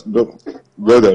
אני לא יודע.